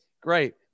Great